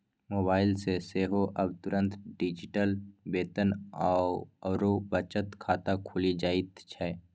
mobile सँ सेहो आब तुरंत डिजिटल वेतन आओर बचत खाता खुलि जाइत छै